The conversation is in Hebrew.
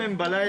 אנשים --- לא,